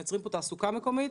מייצרים פה תעסוקה מקומית.